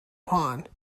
pond